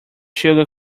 sugar